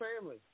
family